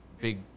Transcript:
big